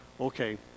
okay